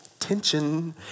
tension